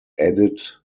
added